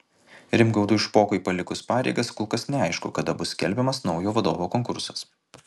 rimgaudui špokui palikus pareigas kol kas neaišku kada bus skelbiamas naujo vadovo konkursas